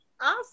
Awesome